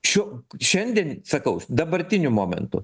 šių šiandien sakau dabartiniu momentu